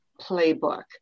playbook